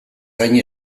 gain